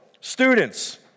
students